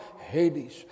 Hades